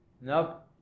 nope